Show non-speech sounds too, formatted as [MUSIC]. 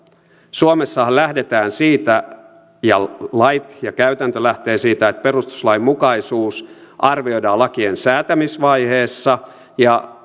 suomessahan lähdetään siitä ja lait ja käytäntö lähtevät siitä että perustuslainmukaisuus arvioidaan lakien säätämisvaiheessa ja [UNINTELLIGIBLE]